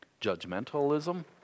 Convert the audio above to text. judgmentalism